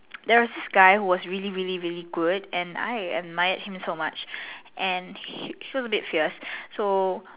there was this guy who was really really really good and I admired him so much and he he seems a bit fierce so